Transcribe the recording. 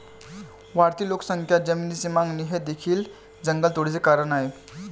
वाढती लोकसंख्या, जमिनीची मागणी हे देखील जंगलतोडीचे कारण आहे